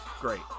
Great